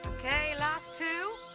ok, last two.